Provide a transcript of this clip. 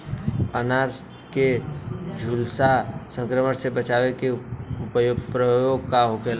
अनार के झुलसा संक्रमण से बचावे के उपाय का होखेला?